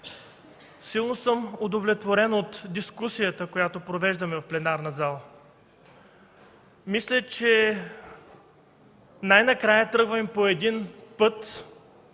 Силно съм удовлетворен от дискусията, която провеждаме в пленарната зала. Мисля, че най-накрая тръгваме по един път,